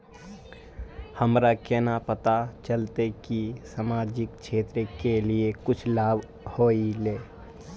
हमरा केना पता चलते की सामाजिक क्षेत्र के लिए कुछ लाभ आयले?